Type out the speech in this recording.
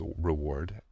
reward